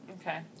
Okay